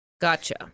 Gotcha